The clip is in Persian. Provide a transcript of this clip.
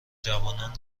جوانان